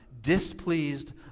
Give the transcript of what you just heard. displeased